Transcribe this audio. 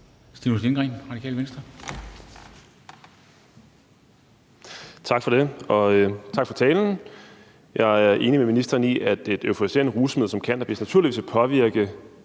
Stinus Lindgreen (RV): Tak for det, og tak for talen. Jeg er enig med ministeren i, at et euforiserende rusmiddel som cannabis naturligvis vil påvirke